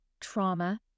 trauma